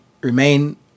remain